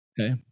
Okay